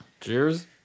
Cheers